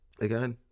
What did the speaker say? again